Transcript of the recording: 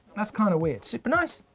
that's kinda weird. super nice?